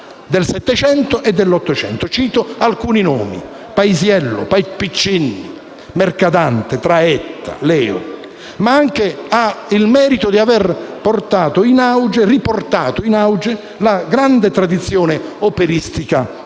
del Settecento e dell'Ottocento. Cito alcuni nomi: Paisiello, Piccinni, Mercadante, Traetta, Leo. Il Festival ha anche il merito di aver riportato in auge la grande tradizione operistica europea.